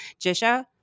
Jisha